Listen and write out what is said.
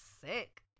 sick